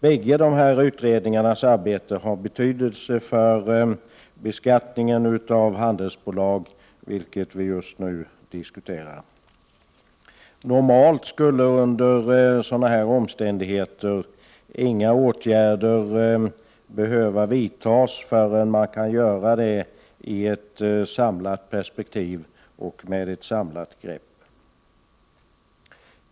Bägge de här utredningarnas arbete har betydelse för beskattningen av handelsbolag, jamet vi just nu diskuterar. Normalt skulle under sådana omständigheter inga åtgärder behöva vidtas förrän man kan göra det i ett samlat perspektiv och med ett samlat grepp.